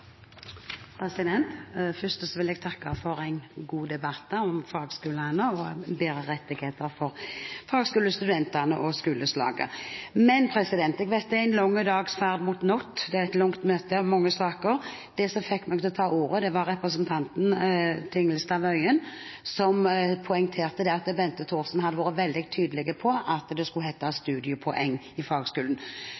minutter. Først vil jeg takke for en god debatt om fagskolene og om bedre rettigheter for fagskolestudentene og skoleslaget. Jeg vet det er en lang dags ferd mot natt – det er et langt møte og mange saker. Det som fikk meg til å ta ordet, var representanten Tingelstad Wøien, som poengterte at Bente Thorsen hadde vært veldig tydelig på at det skulle hete